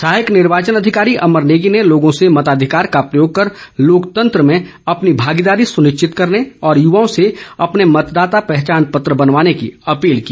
सहायक निर्वाचन अधिकारी अमर नेगी ने लोगों से मताधिकार का प्रयोग कर लोकतंत्र में अपनी भागीदारी सुनिश्चित करने और युवाओं से अपने मतदाता पहचान पत्र बनवाने की अपील की